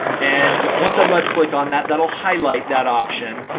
and once i left click on that, that'll highlight that option.